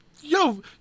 yo